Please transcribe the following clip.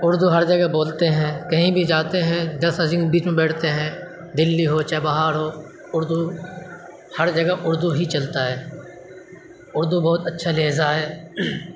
اردو ہر جگہ بولتے ہیں کہیں بھی جاتے ہیں دس آدمی کے بیچ میں بیٹھتے ہیں دلی ہو چاہے باہر ہو اردو ہر جگہ اردو ہی چلتا ہے اردو بہت اچھا لہجہ ہے